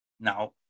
Now